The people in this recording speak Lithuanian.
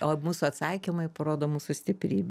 o mūsų atsakymai parodo mūsų stiprybę